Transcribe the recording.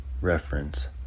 reference